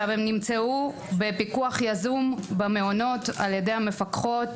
הן נמצאו בפיקוח יזום במעונות על ידי המפקחות